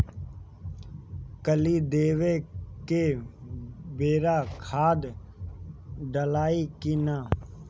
कली देवे के बेरा खाद डालाई कि न?